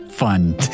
Fun